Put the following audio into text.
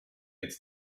its